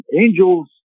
Angels